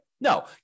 No